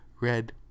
red